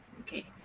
Okay